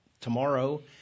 tomorrow